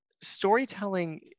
storytelling